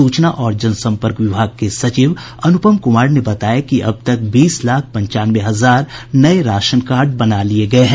सूचना और जन संपर्क विभाग के सचिव अनुपम कुमार ने बताया कि अब तक बीस लाख पंचानवे हजार नये राशनकार्ड बना लिये गये हैं